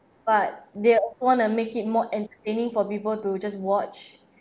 but they often want to make it more entertaining for people to just watch